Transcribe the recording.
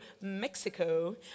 Mexico